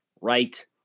right